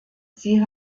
sie